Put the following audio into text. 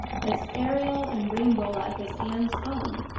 as aerial and rainbow-like as anne's own.